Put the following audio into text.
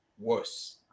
worse